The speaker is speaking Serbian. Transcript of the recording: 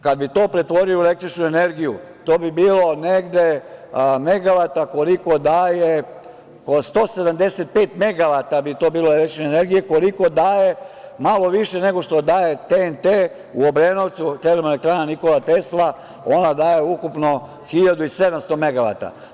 Kada bi to pretvorili u električnu energiju, to bi bilo negde megavata koliko daje od 175 megavata bi to bilo električne energije koliko daje malo više nego što daje TNT u Obrenovcu, TE Nikola Tesla, a ona daje ukupno 1700 megavata.